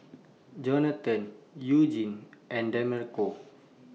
Jonathan Eugenie and Demarco